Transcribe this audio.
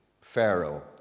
Pharaoh